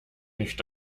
nicht